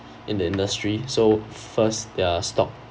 in the industry so first their stock